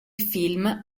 film